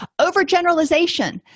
Overgeneralization